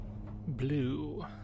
blue